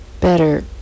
better